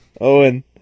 Owen